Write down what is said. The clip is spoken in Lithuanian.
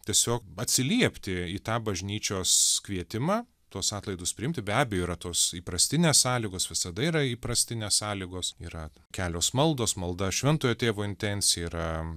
tiesiog atsiliepti į tą bažnyčios kvietimą tuos atlaidus priimti be abejo yra tos įprastinės sąlygos visada yra įprastinės sąlygos yra kelios maldos malda šventojo tėvo intencija yra